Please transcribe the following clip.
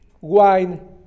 wine